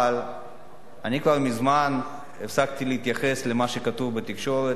אבל אני כבר מזמן הפסקתי להתייחס למה שכתוב בתקשורת.